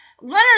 Leonard